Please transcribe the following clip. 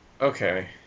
okay